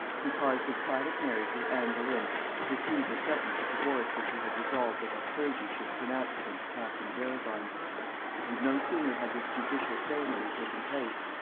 he caused his private marriage with anne boleyn to precede the sentence of divorce which he had resolved that his clergy should pronounce against catherine of arragon and no sooner had this judicial ceremony taken place,